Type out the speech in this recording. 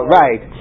right